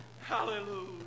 Hallelujah